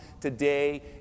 today